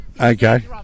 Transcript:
Okay